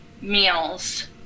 meals